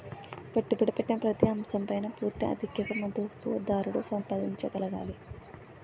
పెట్టుబడి పెట్టిన ప్రతి అంశం పైన పూర్తి ఆధిక్యత మదుపుదారుడు సంపాదించగలగాలి